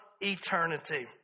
eternity